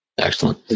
Excellent